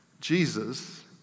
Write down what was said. Jesus